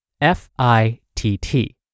F-I-T-T